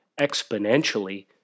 exponentially